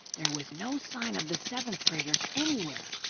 there was no sign of the seventh graders anywhere.